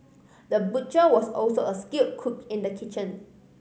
the butcher was also a skilled cook in the kitchen